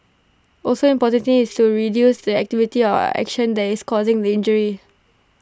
also important is to reduce the activity or action that is causing the injury